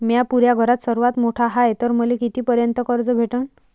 म्या पुऱ्या घरात सर्वांत मोठा हाय तर मले किती पर्यंत कर्ज भेटन?